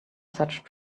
such